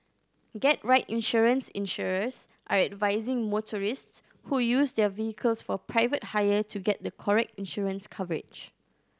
get right insurance Insurers are advising motorists who use their vehicles for private hire to get the correct insurance coverage